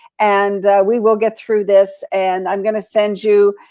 and we will get through this and i'm gonna send you